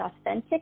authentic